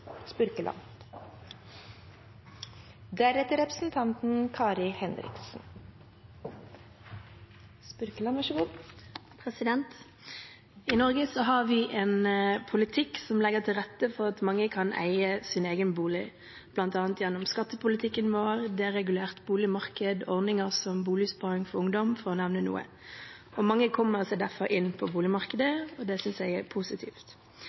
I Norge har vi en politikk som legger til rette for at mange kan eie sin egen bolig, bl.a. gjennom skattepolitikken vår, deregulert boligmarked og ordningen Boligsparing for ungdom, for å nevne noe. Mange kommer seg derfor inn på boligmarkedet, og det synes jeg er positivt.